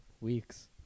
Weeks